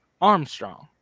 Armstrong